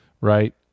right